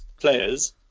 players